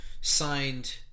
signed